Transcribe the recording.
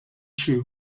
chu